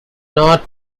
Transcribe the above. north